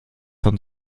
von